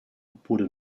wurde